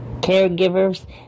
caregivers